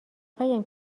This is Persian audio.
قایم